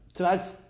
Tonight's